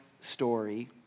story